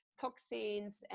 toxins